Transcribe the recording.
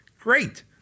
great